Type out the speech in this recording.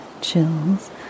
Chills